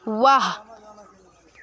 वाह